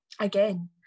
again